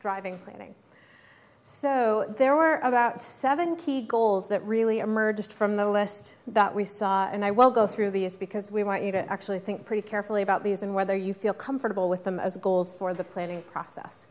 driving planning so there were about seven key goals that really emerged from the list that we saw and i will go through these because we want you to actually think pretty carefully about these and whether you feel comfortable with them as goals for the planning